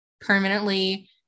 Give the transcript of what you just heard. permanently